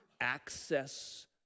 access